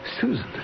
Susan